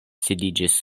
sidiĝis